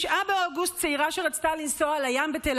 ב-9 באוגוסט צעירה שרצתה לנסוע לים בתל